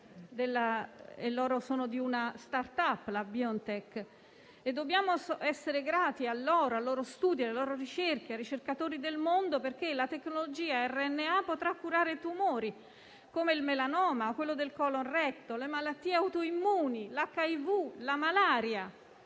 che hanno inventato il vaccino Pfizer. Dobbiamo essere grati a loro, ai loro studi, alle loro ricerche, e ai ricercatori del mondo perché la tecnologia mRNA potrà curare tumori, come il melanoma o quello del colon retto, le malattie autoimmuni, l'HIV, la malaria.